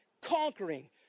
conquering